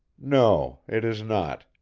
no, it is not,